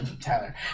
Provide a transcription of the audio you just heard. Tyler